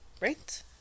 right